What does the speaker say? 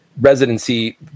residency